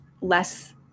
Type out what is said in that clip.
less